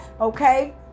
Okay